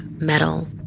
metal